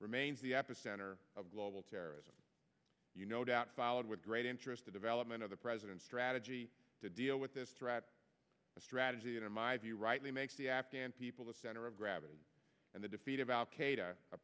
remains the epicenter of global terrorism you no doubt followed with great interest the development of the president's strategy to deal with this threat a strategy in my view rightly makes the afghan people the center of gravity and the defeat of al